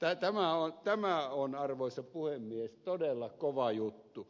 elikkä tämä on arvoisa puhemies todella kova juttu